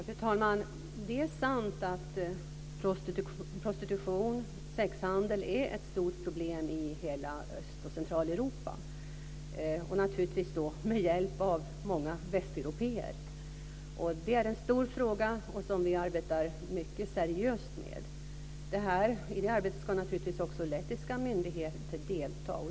Fru talman! Det är sant att prostitution och sexhandel är ett stort problem i hela Öst och Centraleuropa och att det sker med hjälp av många västeuropéer. Det är en stor fråga som vi arbetar mycket seriöst med. I det arbetet ska naturligtvis också lettiska myndigheter delta.